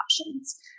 options